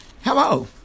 Hello